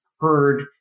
heard